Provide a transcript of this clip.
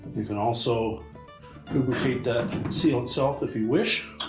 you can also lubricate that seal itself if you wish.